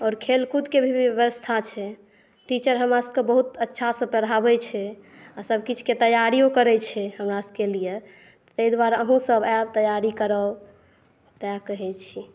और खेलकूद के भी व्यवस्था छै टीचर हमरासबकेँ बहुत अच्छासँ पढ़ाबै छै सबकिछु के तैयारियो करै छै हमरासब के लिए तै दुआरे अहुसब आयब तैयारी करब तैॅं कहै छी